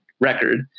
record